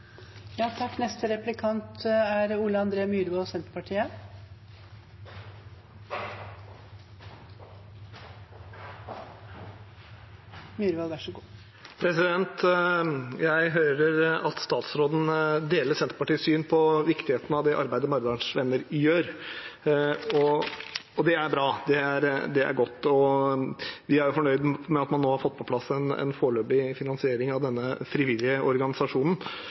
Jeg hører at statsråden deler Senterpartiets syn på viktigheten av det arbeidet Maridalens Venner gjør – og det er bra. Vi er fornøyd med at man nå har fått på plass en foreløpig finansiering av denne frivillige organisasjonen